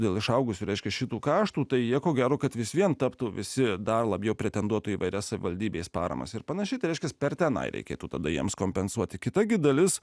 dėl išaugusių reiškia šitų karštų tai nieko gero kad vis vien taptų visi dar labiau pretenduotų į įvairias savivaldybės paramos ir pan reiškiasi per tenai reikėtų tada jiems kompensuoti kita dalis